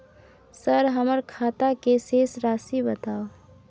Sir हमर खाता के शेस राशि बताउ?